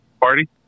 party